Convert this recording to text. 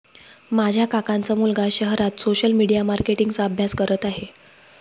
माझ्या काकांचा मुलगा शहरात सोशल मीडिया मार्केटिंग चा अभ्यास करत आहे